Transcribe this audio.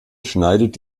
schneidet